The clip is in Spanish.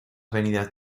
venidas